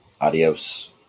Adios